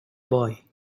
boy